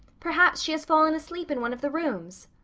perhaps she has fallen asleep in one of the rooms.